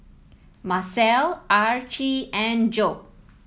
Macel Archie and Joe